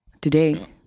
today